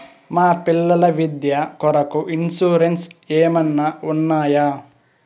మా పిల్లల విద్య కొరకు ఇన్సూరెన్సు ఏమన్నా ఉన్నాయా?